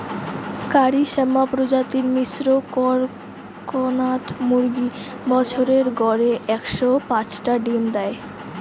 কারি শ্যামা প্রজাতির মিশ্র কড়কনাথ মুরগী বছরে গড়ে একশো পাঁচটা ডিম দ্যায়